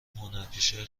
هنرپیشه